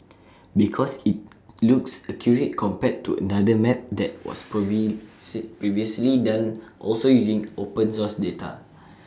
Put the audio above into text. because IT looks accurate compared to another map that was previously done also using open source data